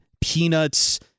peanuts